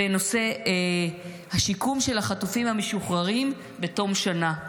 בנושא השיקום של החטופים המשוחררים בתום שנה.